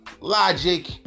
Logic